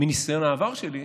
מניסיון העבר שלי,